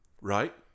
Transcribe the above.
right